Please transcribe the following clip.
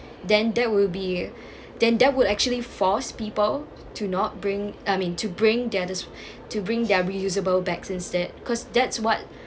then that will be then that would actually force people to not bring I mean to bring the others to bring their reusable bags instead because that's what